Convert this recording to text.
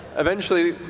eventually,